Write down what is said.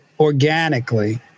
organically